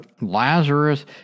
Lazarus